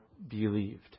Believed